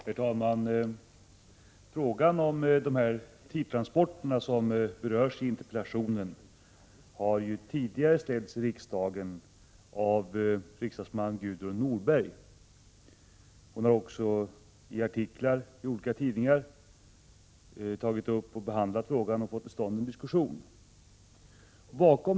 Herr talman! Frågor om TIR-transporterna, som de i interpellationen, har tidigare ställts i riksdagen av riksdagsman Gudrun Norberg. Hon har också i artiklar i olika tidningar tagit upp och behandlat dessa frågor och fått till stånd en diskussion.